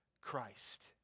Christ